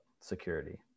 security